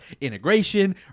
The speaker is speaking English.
integration